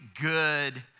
good